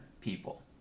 people